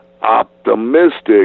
optimistic